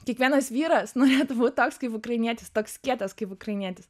kiekvienas vyras norėtų būt toks kaip ukrainietis toks kietas kaip ukrainietis